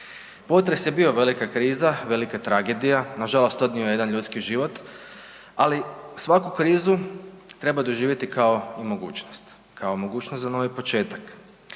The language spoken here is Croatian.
Potres je bio, velika kriza, velika tragedija, nažalost odnio je jedan ljudski život, ali svaku krizu treba doživjeti kao i mogućnost, kao mogućnost za novi početak.